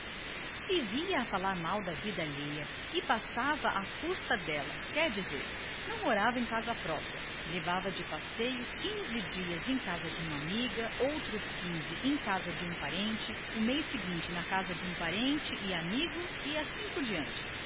a falar mal da vida alheia à sombra da qual aliás vivia quinze dias em casa de uma amiga outros quinze em casa de um parente o mês seguinte em casa de um parente e amigo e assim por diante